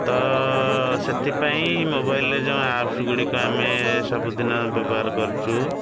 ତ ସେଥିପାଇଁ ମୋବାଇଲରେ ଯେଉଁ ଆପ୍ପ ଗୁଡ଼ିକ ଆମେ ସବୁଦିନ ବ୍ୟବହାର କରୁଛୁ